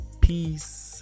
Peace